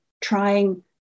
trying